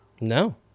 No